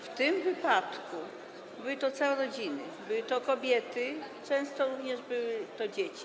W tym wypadku były to całe rodziny, były to kobiety, często również były to dzieci.